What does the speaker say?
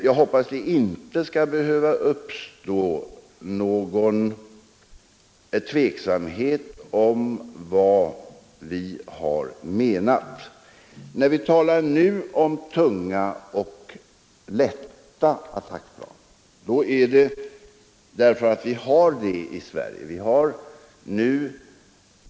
Jag hoppas att det inte skall behöva uppstå någon tveksamhet om vad vi har menat. Anledningen till att vi nu talar om tunga och lätta attackplan är att vi nu har två sådana flygplanstyper i Sverige.